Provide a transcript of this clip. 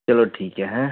ਚਲੋ ਠੀਕ ਹੈ ਹੈ